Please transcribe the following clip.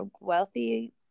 wealthy